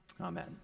Amen